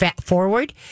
forward